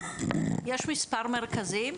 יש מספר מרכזים.